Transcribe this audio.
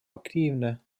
aktiivne